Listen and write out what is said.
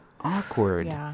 awkward